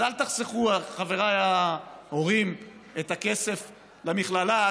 אז אל תחסכו, חבריי ההורים, את הכסף למכללה.